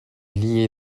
lié